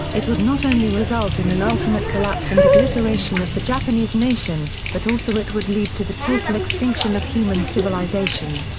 it would not only result in an ultimate collapse and obliteration of the japanese nation, but also it would lead to the total extinction of human civilization.